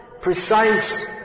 precise